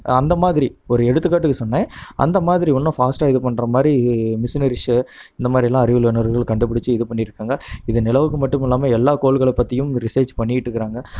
அந்தமாதிரி ஒரு எடுத்துக்காட்டுக்கு சொன்னேன் அந்தமாதிரி இன்னும் ஃபாஸ்டாக இது பண்ணுற மாதிரி மிஷினரீஸ் இந்த மாதிரிலாம் அறிவியல் வல்லுநர்கள் கண்டுபிடிச்சு இது பண்ணியிருக்காங்க இது நிலவுக்கு மட்டும் இல்லாமல் எல்லா கோள்களை பற்றியும் ரிசர்ஜ் பண்ணிகிட்டு இருக்கிறாங்க